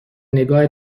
نگاه